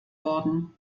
worden